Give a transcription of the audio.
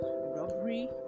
robbery